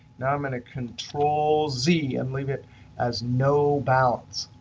now i'm going to control z and leave it as no balance.